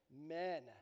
men